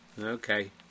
Okay